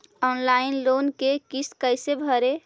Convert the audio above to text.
Online loan के किस्त कैसे भरे?